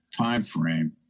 timeframe